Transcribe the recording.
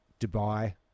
Dubai